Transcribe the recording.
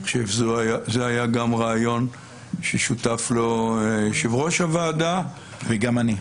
וזה היה גם רעיון ששותף לו יושב-ראש הוועדה -- וגם אני.